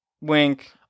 Wink